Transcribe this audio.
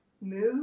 move